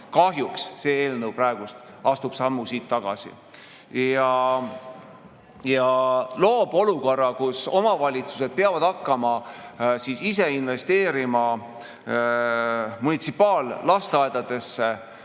see eelnõu astub sammu tagasi ja loob olukorra, kus omavalitsused peavad hakkama ise investeerima munitsipaallasteaedadesse,